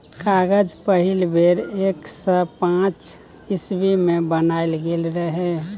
कागज पहिल बेर एक सय पांच इस्बी मे बनाएल गेल रहय